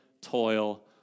toil